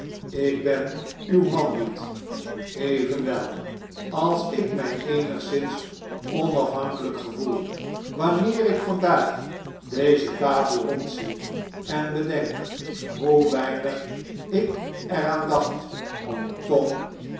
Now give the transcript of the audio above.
ik ben uw man niet evenwel als ik mij eenigszins onafhankelijk gevoel wanneer ik vandaag deze tafel rondzie en bedenk hoe weinig ik er aan dacht om tom